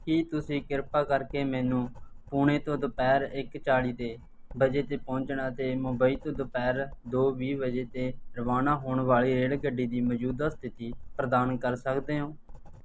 ਕੀ ਤੁਸੀਂ ਕਿਰਪਾ ਕਰਕੇ ਮੈਨੂੰ ਪੂਣੇ ਤੋਂ ਦੁਪਹਿਰ ਇੱਕ ਚਾਲੀ ਵਜੇ 'ਤੇ ਪਹੁੰਚਣ ਅਤੇ ਮੁੰਬਈ ਤੋਂ ਦੁਪਹਿਰ ਦੋ ਵੀਹ ਵਜੇ 'ਤੇ ਰਵਾਨਾ ਹੋਣ ਵਾਲੀ ਰੇਲਗੱਡੀ ਦੀ ਮੌਜੂਦਾ ਸਥਿਤੀ ਪ੍ਰਦਾਨ ਕਰ ਸਕਦੇ ਹੋ